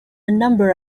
number